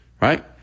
right